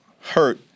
hurt